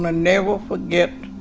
um never forget